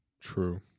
true